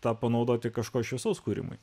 tą panaudoti kažko šviesaus kūrimui